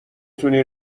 تونی